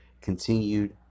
continued